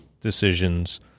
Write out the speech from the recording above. decisions